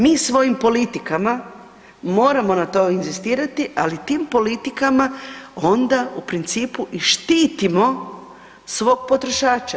Mi svojim politikama moramo na to inzistirati, ali tim politikama onda u principu i štitimo svog potrošača.